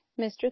Mr